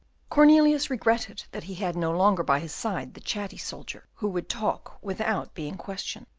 cornelius regretted that he had no longer by his side the chatty soldier, who would talk without being questioned.